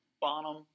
Bonham